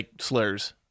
slurs